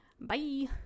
Bye